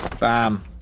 Bam